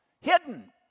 Hidden